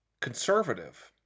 conservative